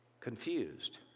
Confused